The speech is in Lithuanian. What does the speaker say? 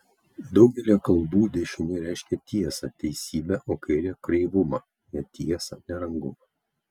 daugelyje kalbų dešinė reiškia tiesą teisybę o kairė kreivumą netiesą nerangumą